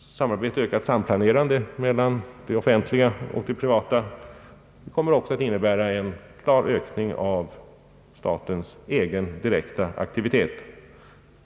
samarbete och samplanerande mellan det offentliga och privata intressen. Det kommer också att innebära en klar ökning av statens egen direkta aktivitet.